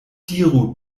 diru